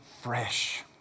fresh